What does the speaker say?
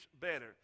better